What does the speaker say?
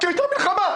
כי הייתה מלחמה.